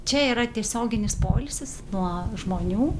čia yra tiesioginis poilsis nuo žmonių